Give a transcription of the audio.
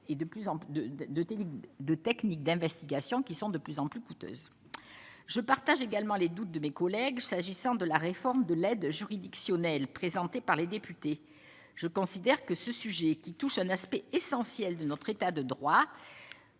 de techniques d'investigation qui sont de plus en plus coûteuse, je partage également les doutes de mes collègues s'agissant de la réforme de l'aide juridictionnelle, présenté par les députés, je considère que ce sujet qui touche un aspect essentiel de notre état de droit